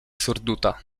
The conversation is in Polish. surduta